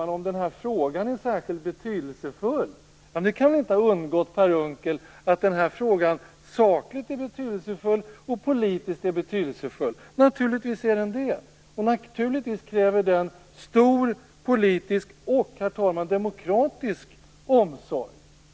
han om den här frågan är särskilt betydelsefull. Det kan väl inte ha undgått Per Unckel att den här frågan är betydelsefull både sakligt och politiskt. Naturligtvis är den det, och naturligtvis kräver den stor politisk - och, herr talman - demokratisk omsorg.